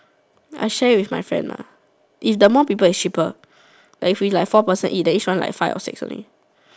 I share with my friend lah if the more people is cheaper like if we like four person eat then each one like five or six only